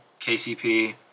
KCP